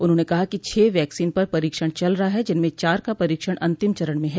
उन्होंने कहा कि छह वैक्सीन पर परीक्षण चल रहा है जिनमें चार का परीक्षण अंतिम चरण में है